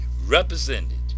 represented